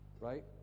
right